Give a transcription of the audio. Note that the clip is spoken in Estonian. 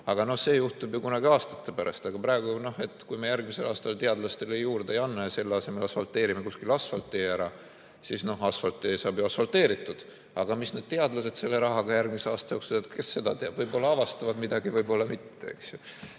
Aga see juhtub kunagi aastate pärast. Aga kui me järgmisel aastal teadlastele juurde ei anna ja selle asemel asfalteerime kuskil tee ära, siis tee saab ju asfalteeritud. Mis need teadlased selle rahaga järgmise aasta jooksul teevad, kes seda teab. Võib-olla avastavad midagi, võib-olla mitte.